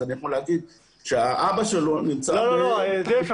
אז אני יכול להגיד שהאבא שלו נמצא ב- -- לא.